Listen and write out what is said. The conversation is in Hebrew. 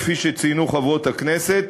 כפי שציינו חברות הכנסת,